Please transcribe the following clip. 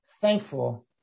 thankful